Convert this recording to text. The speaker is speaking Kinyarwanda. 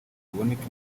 haboneke